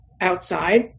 outside